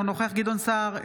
אינו נוכח גדעון סער,